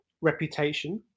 reputation